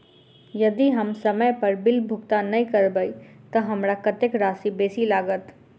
यदि हम समय पर बिल भुगतान नै करबै तऽ हमरा कत्तेक राशि बेसी लागत?